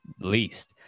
least